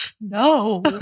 No